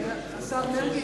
השר מרגי,